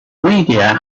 media